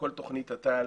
כל תוכנית תת"ל